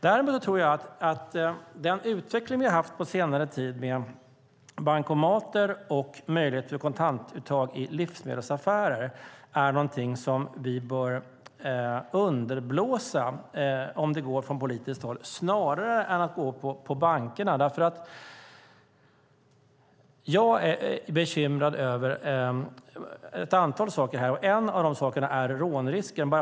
Däremot tror jag att den utveckling vi har haft på senare tid när det gäller bankomater och möjligheter till kontantuttag i livsmedelsaffärer är något som vi bör underblåsa från politiskt håll snarare än att gå på bankerna. En av de saker jag är bekymrad över här är rånrisken.